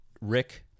Rick